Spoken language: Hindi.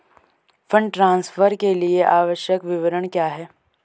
फंड ट्रांसफर के लिए आवश्यक विवरण क्या हैं?